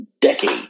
decade